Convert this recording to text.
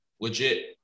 legit